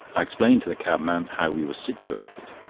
i explained to the cabman how we were situated.